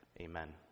Amen